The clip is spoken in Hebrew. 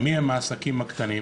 מי הם העסקים הקטנים,